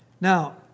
Now